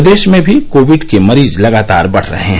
प्रदेश में भी कोविड के मरीज लगातार बढ़ रहे हैं